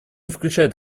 включает